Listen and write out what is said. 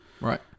Right